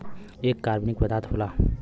एक कार्बनिक पदार्थ होला